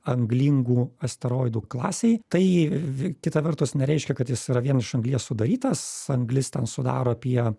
anglingų asteroidų klasei tai vi kitą vertus nereiškia kad jis yra vien iš anglies sudarytas anglis ten sudaro apie